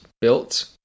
built